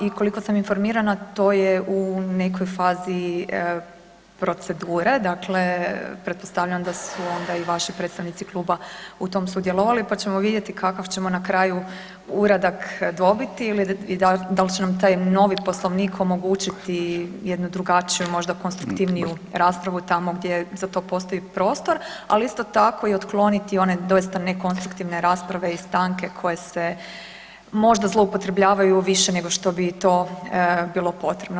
I koliko sam informirana to je u nekoj fazi procedure, dakle pretpostavljam onda da su i vaši predstavnici kluba u tom sudjelovali pa ćemo vidjeti kakav ćemo na kraju uradak dobiti i da li će nam taj novi Poslovnik omogućiti jednu drugačiju možda konstruktivniju raspravu tamo gdje za to postoji prostor, ali isto tako i otkloniti one doista nekonstruktivne rasprave i stanke koje se možda zloupotrebljavaju više nego što bi to bilo potrebno.